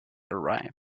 arrived